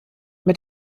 mit